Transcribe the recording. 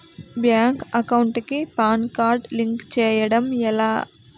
Bank account కి PAN card link చేయడం ఎలా?